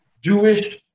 Jewish